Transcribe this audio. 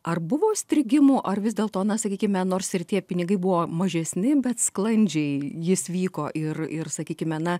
ar buvo strigimų ar vis dėl to na sakykime nors ir tie pinigai buvo mažesni bet sklandžiai jis vyko ir ir sakykime na